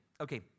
okay